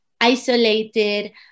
isolated